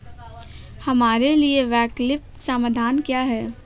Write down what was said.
हमारे लिए वैकल्पिक समाधान क्या है?